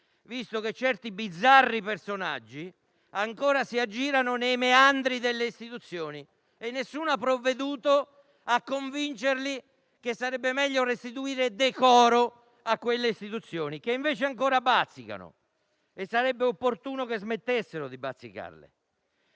visto che certi bizzarri personaggi ancora si aggirano nei meandri delle istituzioni e nessuno ha provveduto a convincerli che sarebbe meglio restituire decoro a quelle istituzioni che invece ancora bazzicano, e sarebbe opportuno che smettessero di farlo.